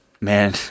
man